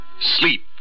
Sleep